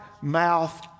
mouth